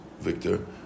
Victor